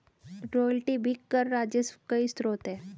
royalty भी कर राजस्व का स्रोत है